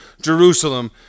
Jerusalem